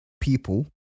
people